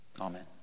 Amen